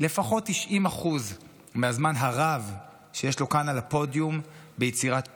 ניצל לפחות 90% מהזמן הרב שיש לו כאן על הפודיום ליצירת פילוג,